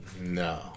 No